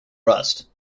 rust